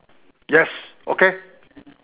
yes okay